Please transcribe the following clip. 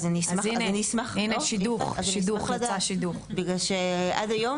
אז אני אשמח, בגלל שעד היום